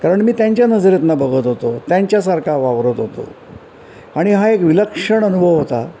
कारण मी त्यांच्या नजरेतनं बघत होतो त्यांच्यासारखा वावरत होतो आणि हा एक विलक्षण अनुभव होता